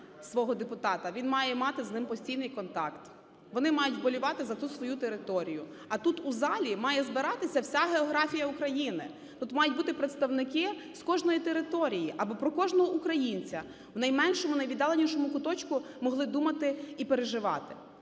свого депутата, він має мати з ним постійний контакт. Вони мають вболівати за ту свою територію, а тут, у залі має збиратися вся географія України. Тут мають бути представники з кожної території, аби про кожного українця в найменшому, найвіддаленішому куточку могли думати і переживати.